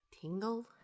Tingle